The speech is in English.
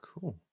Cool